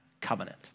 covenant